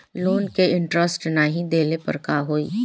Loan के interest नाही देहले पर का होई?